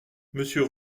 monsieur